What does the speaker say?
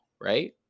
right